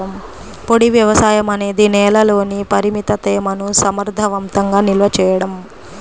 పొడి వ్యవసాయం అనేది నేలలోని పరిమిత తేమను సమర్థవంతంగా నిల్వ చేయడం